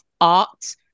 art